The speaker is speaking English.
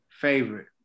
favorite